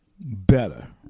better